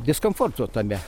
diskomforto tame